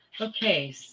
Okay